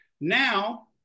Now